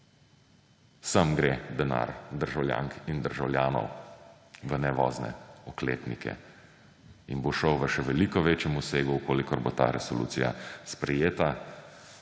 Sem gre denar državljank in državljanov. V nevozne oklepnike! In bo šel v še veliko večjem obsegu, če bo ta resolucija sprejeta,